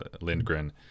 Lindgren